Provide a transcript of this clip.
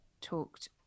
talked